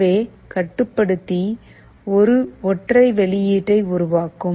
எனவே கட்டுப்படுத்தி ஒரு ஒற்றை வெளியீட்டை உருவாக்கும்